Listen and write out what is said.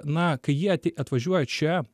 na kai jie ati atvažiuoja čia